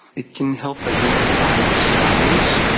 it can help identify the size,